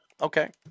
Okay